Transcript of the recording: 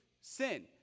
sin